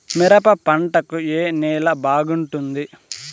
మిరప పంట కు ఏ నేల బాగుంటుంది?